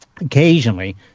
occasionally